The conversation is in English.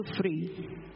free